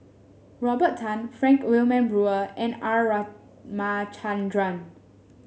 Robert Tan Frank Wilmin Brewer and R Ramachandran